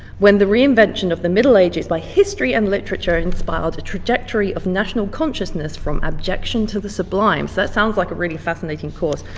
when the reinvention of the middle ages by history and literature inspired a trajectory of national consciousness from abjection to the sublime. so that sounds like a really fascinating course,